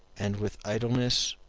and with idleness,